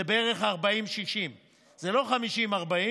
זה בערך 60/40. זה לא 50/40,